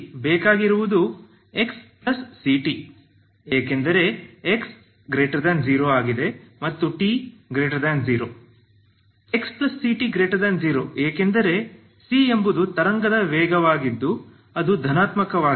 ಇಲ್ಲಿ ಬೇಕಾಗಿರುವುದು xct ಏಕೆಂದರೆ x0 ಮತ್ತು t0 xct0 ಏಕೆಂದರೆ c ಎಂಬುದು ತರಂಗದ ವೇಗವಾಗಿದ್ದು ಅದು ಧನಾತ್ಮಕವಾಡಿದೆ